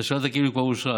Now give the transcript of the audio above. אתה שאלת כאילו היא כבר אושרה.